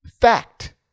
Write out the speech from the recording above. fact